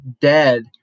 dead